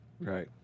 right